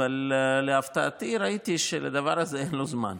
אבל להפתעתי ראיתי שלדבר הזה אין לו זמן.